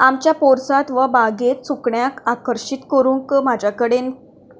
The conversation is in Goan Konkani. आमच्या पोरसांत वो बागेंत सुकण्याक आकर्शीत करूंक म्हज्या कडेन